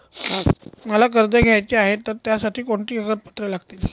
मला कर्ज घ्यायचे आहे तर त्यासाठी कोणती कागदपत्रे लागतील?